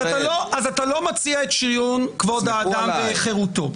אתה לא מציע את שריון כבוד האדם וחירותו.